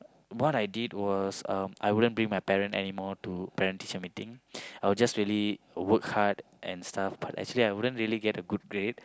what I did was um I wouldn't bring my parent anymore to parent teacher meeting I would just really work hard and stuff but actually I wouldn't really get a good grade